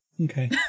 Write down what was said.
Okay